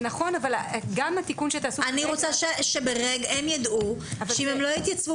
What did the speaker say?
אני רוצה שהם יידעו שאם הם לא יתייצבו